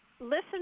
listen